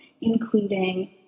including